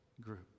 group